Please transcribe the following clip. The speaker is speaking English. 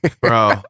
bro